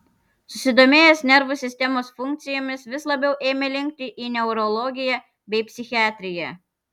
susidomėjęs nervų sistemos funkcijomis vis labiau ėmė linkti į neurologiją bei psichiatriją